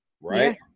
right